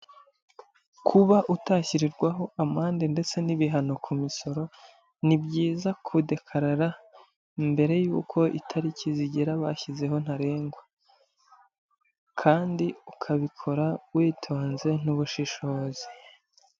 Kuba utashyirirwaho amande ndetse n'ibihano ku misoro, ni byiza kudekarara mbere y'uko itariki zigera bashyizeho ntarengwa kandi ukabikora witonze n'ubushishozi.